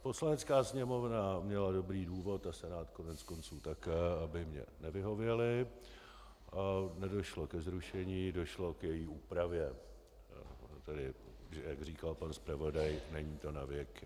Poslanecká sněmovna měla dobrý důvod a Senát koneckonců také, aby mi nevyhověli, a nedošlo ke zrušení, došlo k její úpravě, tedy že, jak říkal pan zpravodaj, není to na věky.